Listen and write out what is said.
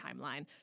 timeline